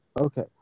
Okay